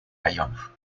районов